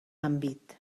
àmbit